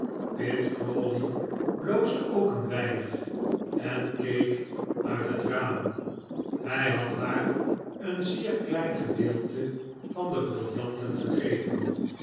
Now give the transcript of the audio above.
crawley bloosde ook een weinig en keek uit het raam hij had haar een zeer klein gedeelte van de briljanten gegeven